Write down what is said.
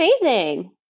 amazing